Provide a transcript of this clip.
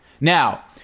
Now